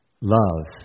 Love